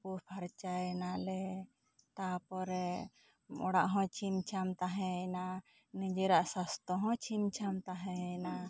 ᱛᱳᱯᱳ ᱯᱷᱟᱨᱪᱟ ᱮᱱᱟᱞᱮ ᱛᱟᱨᱯᱚᱨᱮ ᱚᱲᱟᱜ ᱦᱚᱸ ᱪᱷᱤᱢ ᱪᱷᱟᱢ ᱛᱟᱦᱮᱸ ᱮᱱᱟ ᱱᱤᱡᱮᱨᱟᱜ ᱥᱟᱥᱛᱨᱚ ᱦᱚᱸ ᱪᱷᱤᱢ ᱪᱷᱟᱢ ᱛᱟᱦᱮᱸ ᱮᱱᱟ